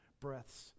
breaths